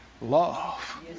love